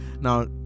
Now